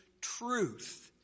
truth